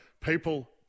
people –